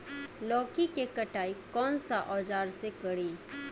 लौकी के कटाई कौन सा औजार से करी?